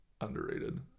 Underrated